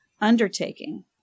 undertaking